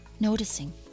noticing